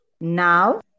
Now